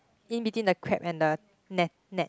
in between the crab and the net net